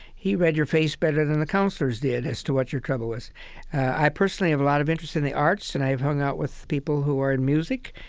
he read your face better than the counselors did as to what your trouble was i personally have a lot of interest in the arts and i have hung out with people who are in music.